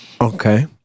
Okay